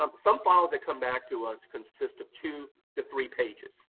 um some files that come back to us consist of two to three pages.